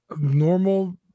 normal